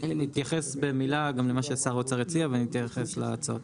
אתייחס במילה גם למה ששר האוצר הציע ואני אתייחס להצעות.